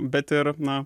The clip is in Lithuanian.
bet ir na